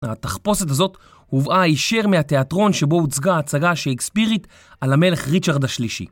התחפושת הזאת הובאה הישר מהתיאטרון שבו הוצגה הצגה שקספירית על המלך ריצ'רד השלישי.